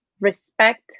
respect